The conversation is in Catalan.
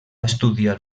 estudiar